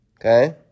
Okay